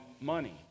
money